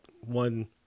one